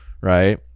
Right